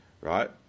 right